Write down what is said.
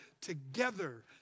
together